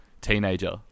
teenager